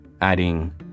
adding